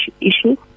issues